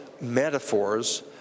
metaphors